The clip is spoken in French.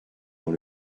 dans